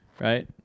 right